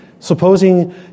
Supposing